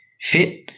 fit